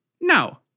no